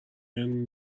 این